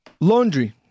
Laundry